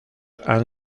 han